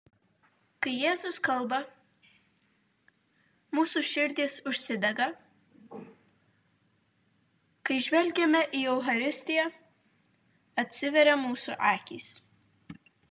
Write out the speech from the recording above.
kai jėzus kalba mūsų širdys užsidega kai žvelgiame į eucharistiją atsiveria mūsų akys